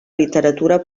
literatura